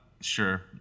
sure